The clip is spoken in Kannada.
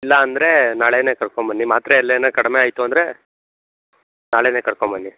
ಇಲ್ಲಾಂದ್ರೆ ನಾಳೆಯೇ ಕರ್ಕೊಂಡ್ಬನ್ನಿ ಮಾತ್ರೆ ಅಲ್ಲಿಯೇ ಕಡಿಮೆ ಆಯಿತು ಅಂದರೆ ನಾಳೆಯೇ ಕರ್ಕೊಂಡ್ಬನ್ನಿ